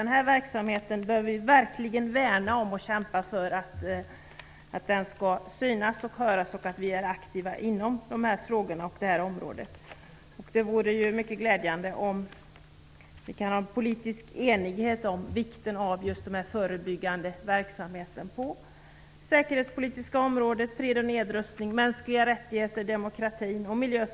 Den här verksamheten behöver vi värna om. Vi behöver kämpa för den så att det syns och hörs att vi är aktiva i de här frågorna, på det här området. Det vore mycket glädjande om det funnes en politisk enighet om vikten av just förebyggande verksamhet på områden som säkerhetspolitik, fred och nedrustning, mänskliga rättigheter, demokrati och miljö.